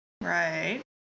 Right